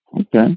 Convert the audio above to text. okay